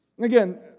Again